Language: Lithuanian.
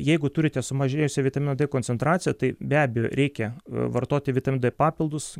jeigu turite sumažėjusio vitamino d koncentraciją tai be abejo reikia vartoti vitamino d papildus